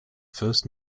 first